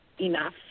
enough